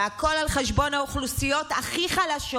והכול על חשבון האוכלוסיות הכי חלשות,